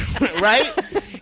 right